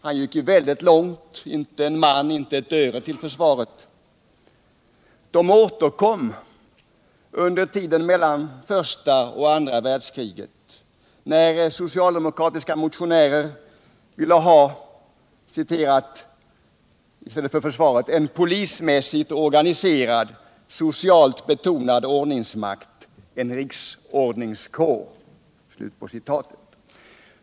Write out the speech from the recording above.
Han gick ju väldigt långt: ”Inte en man, inte ett öre till försvaret" De återkom under tiden mellan första och andra världsk rigen, när socialdemokratiska motionärer i stället för försvaret ville ha ”en polismässigt o”ganiserad, socialt betonad ordningsmakt, en riksordningskår”.